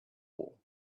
wall